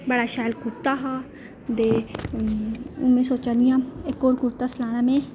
बड़ा शैल कुरता हा ते हून में सोचा नी आं इक होर कुरता सिलाना में